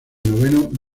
noveno